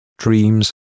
dreams